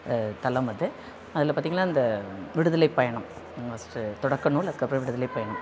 தளம் அது அதில் பார்த்திங்கன்னா இந்த விடுதலை பயணம் ஃபர்ஸ்ட்டு தொடக்க நூல் அதுக்கு அப்புறம் விடுதலை பயணம்